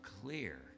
clear